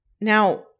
Now